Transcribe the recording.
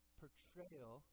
portrayal